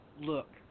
look